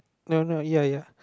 no no ya ya